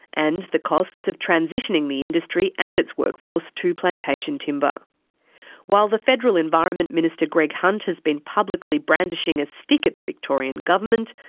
and the costs of transitioning the industry and its workforce to plantation timberwhile the the federal environment minister greg hunt has been publicly brandishing a stick at the victorian government,